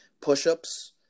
push-ups